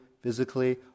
physically